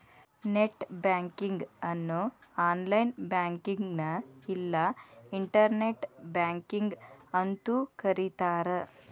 net banking ಅನ್ನು online ಬ್ಯಾಂಕಿಂಗ್ನ ಇಲ್ಲಾ ಇಂಟರ್ನೆಟ್ ಬ್ಯಾಂಕಿಂಗ್ ಅಂತೂ ಕರಿತಾರ